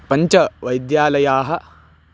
पञ्च वैद्यालयाः